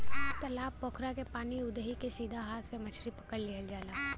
तालाब पोखरा के पानी उदही के सीधा हाथ से मछरी पकड़ लिहल जाला